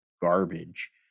garbage